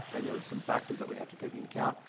and there're some factors that we have to take into account.